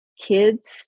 kids